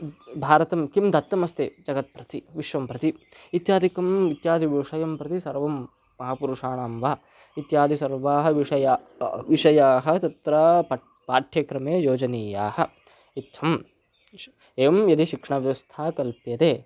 भारतं किं दत्तमस्ति जगत्प्रति विश्वं प्रति इत्यादिकम् इत्यादिविषयं प्रति सर्वं महापुरुषाणां वा इत्यादिसर्वाः विषयः विषयाः तत्र पट् पाठ्यक्रमे योजनीयाः इत्थं श् एवं यदि शिक्षणव्यवस्था कल्प्यते